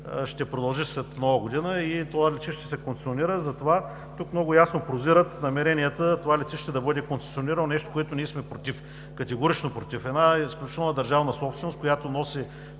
ще продължи след Нова година и това летище ще се концесионира. Тук много ясно прозират намеренията това летище да бъде концесионирано – нещо, което ние сме категорично против. Една изключително държавна собственост, която носи